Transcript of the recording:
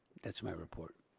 that's my report.